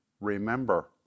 remember